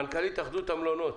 מנכ"לית התאחדות המלונות.